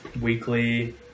weekly